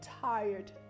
tired